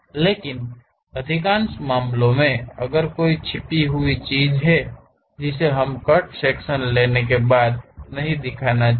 लेकिन अधिकांश मामलों में अगर कोई छिपी हुई चीज है जिसे हमें कट सेक्शन लेने के बाद नहीं दिखाना चाहिए